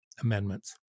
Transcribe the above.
amendments